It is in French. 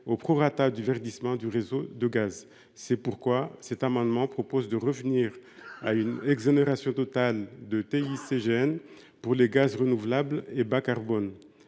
au prorata du verdissement du réseau de gaz. C’est pourquoi le présent amendement vise à revenir à une exonération totale de TICGN pour les gaz renouvelables et bas carbone.